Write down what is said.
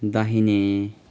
दाहिने